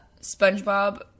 SpongeBob